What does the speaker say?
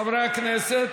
חברי הכנסת,